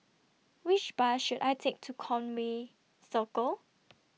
Which Bus should I Take to Conway Circle